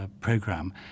Program